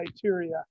criteria